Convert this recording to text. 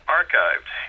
archived